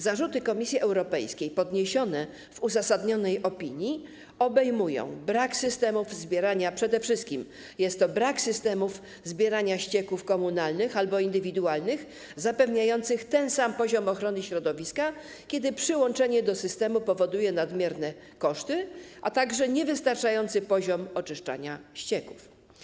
Zarzuty Komisji Europejskiej podniesione w uzasadnionej opinii obejmują: przede wszystkim brak systemów zbierania ścieków komunalnych albo indywidualnych, zapewniających ten sam poziom ochrony środowiska, kiedy przyłączenie do systemu powoduje nadmierne koszty, a także niewystarczający poziom oczyszczania ścieków.